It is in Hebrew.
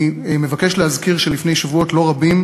אני מבקש להזכיר שלפני שבועות לא רבים,